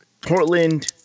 Portland